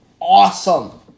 awesome